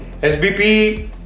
SBP